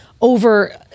over